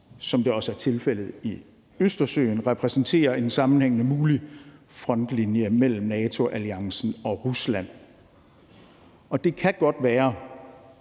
som det også er tilfældet i Østersøen, repræsentere en sammenhængende mulig frontlinje mellem NATO-alliancen og Rusland. Og det kan godt være,